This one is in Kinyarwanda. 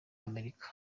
amerika